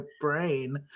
brain